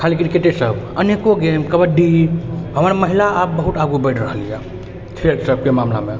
खाली क्रिकेटे सब अनेको गेम कबड्डी हमर महिला आब बहुत आगू बढ़ि रहल यऽ खेल सबके मामिलामे